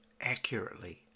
accurately